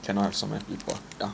cannot have so many people yeah